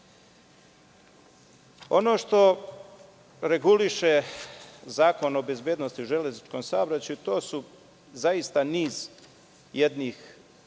što reguliše Zakon o bezbednosti u železničkom saobraćaju, to je zaista niz bitnih